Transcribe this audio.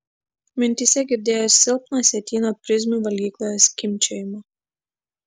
mintyse girdėjo silpną sietyno prizmių valgykloje skimbčiojimą